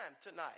tonight